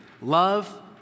Love